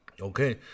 okay